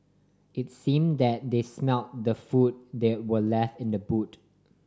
it's seem that they smelt the food that were left in the boot